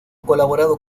colaborado